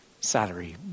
salary